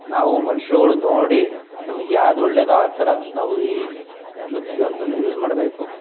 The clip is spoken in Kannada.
ನಾವು ಮನುಷ್ಯರುಗಳು ನೋಡಿ ನಮಗೆ ಯಾವುದು ಒಳ್ಳೆಯದು ಆ ಥರ ನಾವು ಈ ಪ್ರತಿಯೊಂದನ್ನು ಯೂಸ್ ಮಾಡಬೇಕು